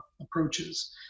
approaches